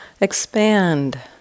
expand